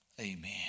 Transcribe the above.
Amen